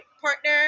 partner